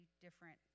different